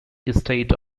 estate